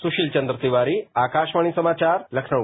सुशील चन्द्र तिवारी आकाशवाणी समाचार लखनऊ